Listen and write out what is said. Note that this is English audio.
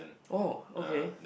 oh okay